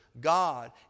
God